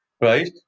right